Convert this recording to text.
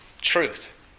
truth